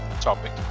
topic